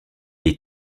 est